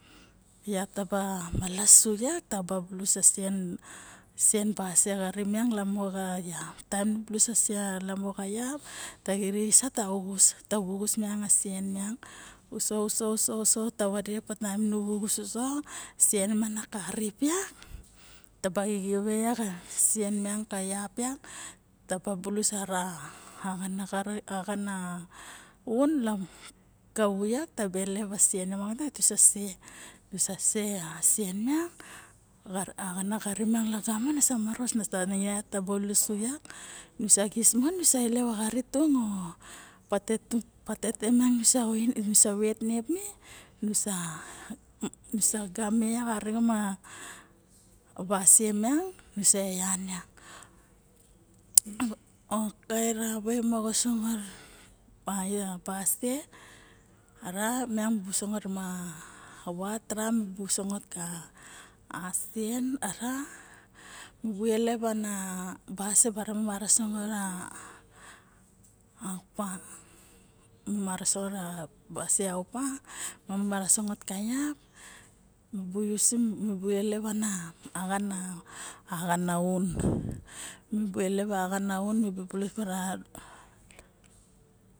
Vap taba malasu vak taba bulus osu a sien basie xari miang ka vap ta xirixis ma ta vuxus a sien miang lamo xa vak uso uso ta vapepa nu vuxuso sien miang na ka rip vak taba eleve vak a sien miang ka vak vak taba bulus ka axana xari axana aun moxo taba se ose a sien basie miang karen moxo axana xary miang sa maro tabosu vak nu sa xis nu sa elep a xary tung o patete tung miang nu sa oing nusa game vak arixen ma basie miang nusa eyak vak. Mara way moxo sangot a basie ara mibu sangot ma vat ma ra mibu sangot ka sien mara mibu elep ana basie rixen bara upa mimara sangot arixen apa mami mara sangot ka vak mibu usim elep ana axana aun.